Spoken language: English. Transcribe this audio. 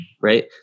right